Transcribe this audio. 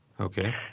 Okay